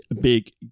big